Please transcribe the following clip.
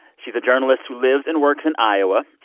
she's a journalist who lives and works in iowa.